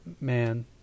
man